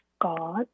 God